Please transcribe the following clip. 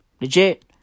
Legit